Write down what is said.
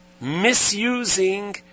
misusing